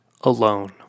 alone